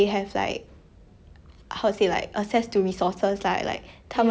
不会去 like 肚子饿 then like that kind of thing is it